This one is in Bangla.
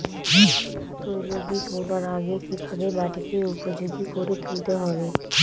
তৈলবীজ বোনার আগে কিভাবে মাটিকে উপযোগী করে তুলতে হবে?